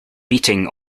beating